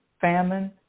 famine